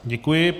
Děkuji.